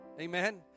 Amen